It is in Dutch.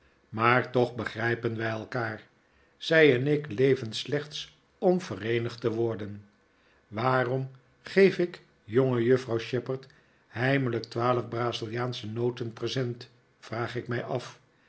maar toch begrijpen wij elkaar zij en ik leven slechts om vereenigd te worden waarom geef ik jongejuffrouw shepherd heimelijk twaalf braziliaansche noten present vraag ik mij af